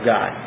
God